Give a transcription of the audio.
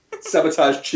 sabotage